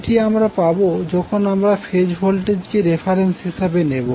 এটি আমরা পাবো যখন আমরা ফেজ ভোল্টেজকে রেফারেন্স হিসেবে নেবো